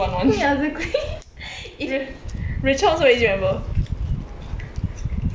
ya exactly i~